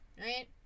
right